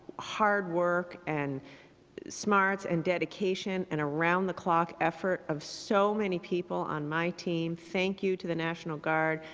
hard work, and smarts and dedication and around the clock effort of so many people on my team. thank you to the national guard,